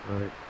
Right